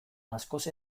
askoz